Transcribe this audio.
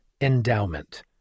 Endowment